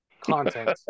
content